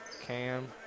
Cam